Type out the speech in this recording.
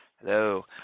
Hello